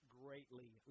greatly